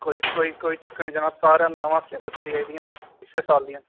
कोई कोई कोई चक्कर नी जनाब सारा नमें सलेबस आह्लियां आई दियां इस्सै साल दियां